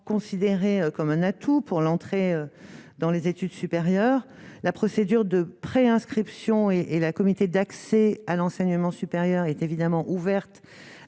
considéré comme un atout pour l'entrée dans les études supérieures, la procédure de préinscription et et la comité d'accès à l'enseignement supérieur est évidemment ouverte